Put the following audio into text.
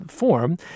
Form